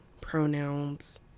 pronouns